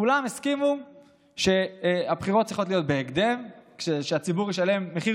כולם הסכימו שהבחירות צריכות להיות בהקדם כדי שהציבור ישלם מחיר